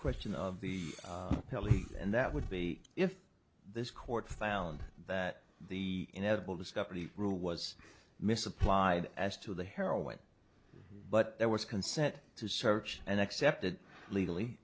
question of the belief and that would be if this court found that the inevitable discovery rule was misapplied as to the heroin but there was consent to search and accepted legally